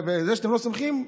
וזה שאתם לא סומכים,